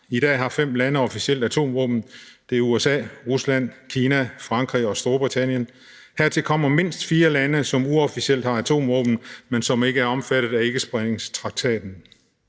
I dag har fem lande officielt atomvåben – det er USA, Rusland, Kina, Frankrig og Storbritannien – og hertil kommer mindst fire lande, som uofficielt har atomvåben, men som ikke er omfattet af ikkespredningstraktaten.